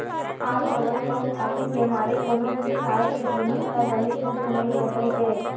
आज दवई अउ खातू के मारे कोनो भी खाए के जिनिस ह बने सुद्ध नइ रहि गे